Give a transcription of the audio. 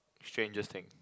strangest thing